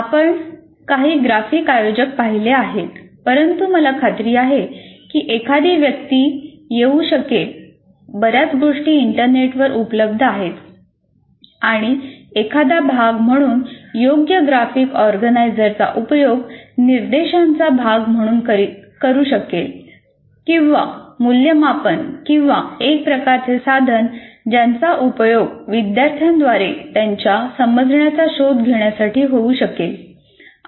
आपण काही ग्राफिक आयोजक पाहिले आहेत परंतु मला खात्री आहे की एखादी व्यक्ती येऊ शकेल आणि एखादा भाग म्हणून योग्य ग्राफिक ऑर्गनायझरचा उपयोग निर्देशांचा भाग म्हणून करू शकील किंवा मूल्यमापन किंवा एक प्रकारचे साधन ज्याचा उपयोग विद्यार्थ्यांद्वारे त्यांच्या समजण्याचा शोध घेण्यासाठी होऊ शकेल